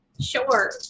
Sure